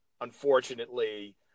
unfortunately